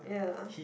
ya